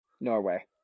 Norway